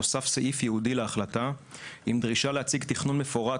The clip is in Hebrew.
נוסף סעיף ייעודי להחלטה עם דרישה להציג תכנון מפורט